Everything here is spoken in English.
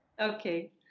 Okay